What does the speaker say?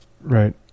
Right